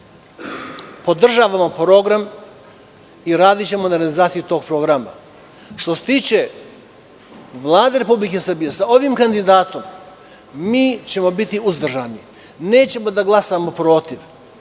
podržavamo program i radićemo na realizaciji tog programa. Što se tiče Vlade Republike Srbije sa ovim kandidatom bićemo uzdržani. Nećemo glasati protiv.